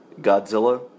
Godzilla